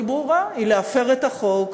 היא ברורה: להפר את החוק,